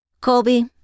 Colby